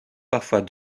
parfois